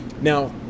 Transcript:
now